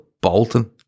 Bolton